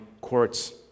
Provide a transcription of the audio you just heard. courts